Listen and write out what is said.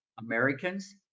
Americans